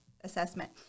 assessment